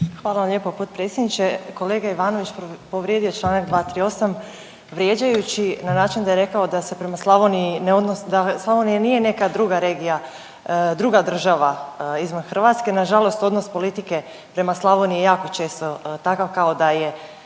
Hvala lijepo potpredsjedniče. Kolega Ivanović povrijedio je Članak 238., vrijeđajući na način da je rekao da se prema Slavoniji ne odnosi, da Slavonija nije neka druga regija, druga država izvan Hrvatske, nažalost odnos politike prema Slavonije je jako često takav kao da je